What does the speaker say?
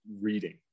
reading